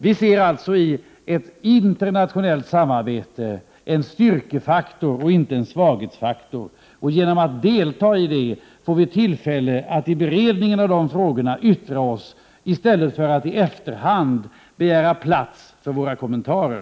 Vi ser alltså i ett internationellt samarbete en styrkefaktor och inte en svaghetsfaktor. Genom att delta i det får vi tillfälle att yttra oss vid beredningen av frågorna i stället för att i efterhand begära plats för våra kommentarer.